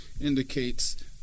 indicates